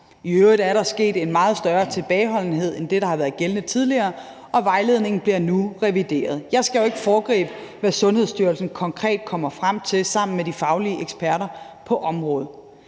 I øvrigt er der kommet en meget større tilbageholdenhed end det, der har været gældende tidligere, og vejledningen bliver nu revideret. Jeg skal jo ikke foregribe, hvad Sundhedsstyrelsen konkret kommer frem til sammen med de faglige eksperter på området,